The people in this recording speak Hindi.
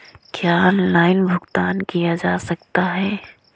क्या ऑनलाइन भुगतान किया जा सकता है?